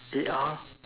they are